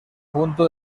punto